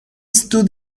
stood